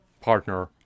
partner